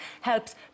helps